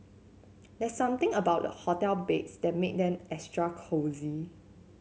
there's something about the hotel beds that make them extra cosy